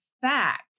fact